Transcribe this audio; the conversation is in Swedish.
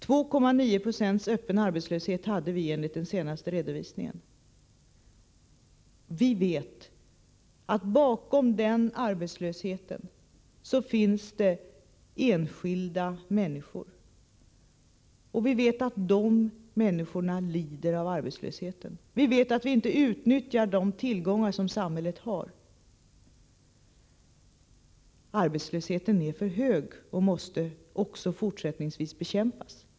Enligt den senaste redovisningen hade vi 2,9 26 öppen arbetslöshet. Vi vet att det bakom denna arbetslöshetssiffra finns enskilda människor. Vi vet också att dessa människor lider av arbetslösheten och att vi inte utnyttjar de tillgångar som samhället har. Arbetslösheten är för hög och måste också fortsättningsvis bekämpas.